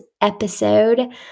episode